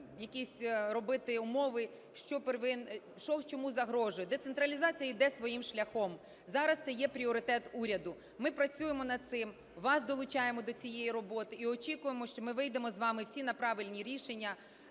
якісь робити умови що чому загрожує. Децентралізація іде своїм шляхом. Зараз це є пріоритет уряду. Ми працюємо над цим, вас долучаємо до цієї роботи і очікуємо, що ми вийдемо з вами всі на правильні рішення